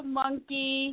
monkey